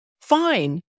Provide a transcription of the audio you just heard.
fine